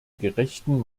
gerechten